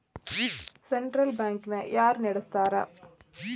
Central bank ನ ಯಾರ್ ನಡಸ್ತಾರ?